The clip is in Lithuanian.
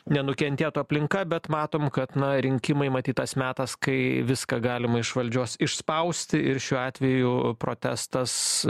nenukentėtų aplinka bet matom kad na rinkimai matyt tas metas kai viską galima iš valdžios išspausti ir šiuo atveju protestas